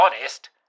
honest